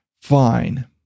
Fine